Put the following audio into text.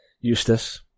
Eustace